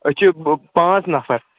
أسۍ چھِ پانٛژھ نَفَر